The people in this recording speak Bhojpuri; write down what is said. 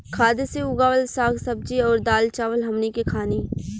खाद से उगावल साग सब्जी अउर दाल चावल हमनी के खानी